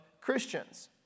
Christians